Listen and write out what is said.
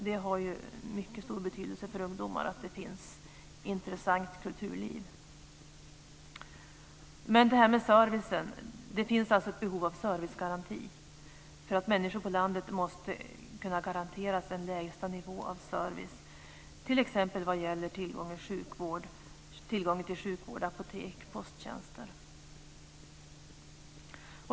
Det har mycket stor betydelse för ungdomar att det finns ett intressant kulturliv. Det finns ett behov av en servicegaranti. Människor på landet måste kunna garanteras en lägsta nivå av service t.ex. vad gäller tillgång till sjukvård, apotek och posttjänster.